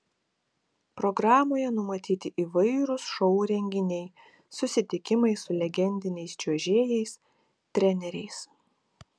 programoje numatyti įvairūs šou renginiai susitikimai su legendiniais čiuožėjais treneriais